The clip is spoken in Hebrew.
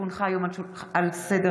כי הונחה היום על שולחן הכנסת,